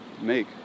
make